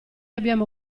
abbiamo